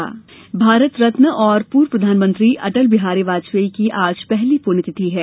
अटल पुण्यतिथि भारत रत्न और पूर्व प्रधानमंत्री अटल बिहारी वाजपेयी की आज पहली पुण्यतिथि है